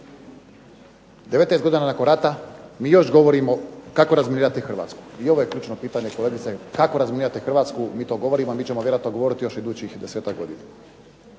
19 godina nakon rata mi još govorimo kako razminirati Hrvatsku. I ovo je ključno pitanje kolegice kako razminirati Hrvatsku? Mi to govorimo,a mi ćemo vjerojatno govoriti još idućih 10-ak godina.